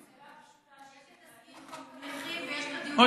יש את תזכיר חוק הנכים ויש את,